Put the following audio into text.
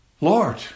Lord